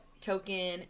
token